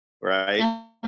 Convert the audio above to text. right